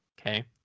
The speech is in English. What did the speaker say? Okay